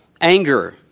anger